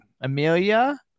Amelia